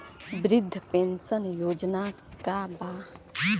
वृद्ध पेंशन योजना का बा?